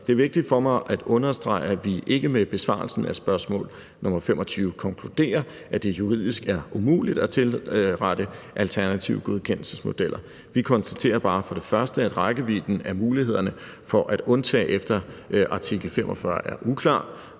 Det er vigtigt for mig at understrege, at vi ikke med besvarelsen af spørgsmål nr. 25 konkluderer, at det juridisk er umuligt at tilrette alternative godkendelsesmodeller. Vi konstaterer bare for det første, at rækkevidden af mulighederne for at undtage efter artikel 45 er uklar,